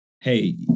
hey